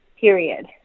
Period